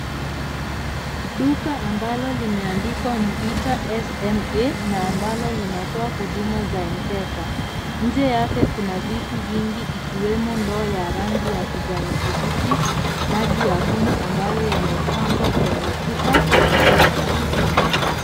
Duka ambalo limendikwa Mvita SMA na ambalo linatoa huduma za Mpesa. Nje yake kuna vitu vingi ikiwemo ndoo ya rangi ya kijani kibichi maji ya kunywa ambayo yamepangwa kwenye chupa na soda.